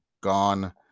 gone